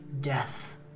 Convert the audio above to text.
Death